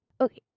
Okay